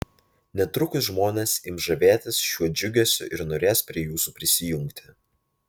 netrukus žmonės ims žavėtis šiuo džiugesiu ir norės prie jūsų prisijungti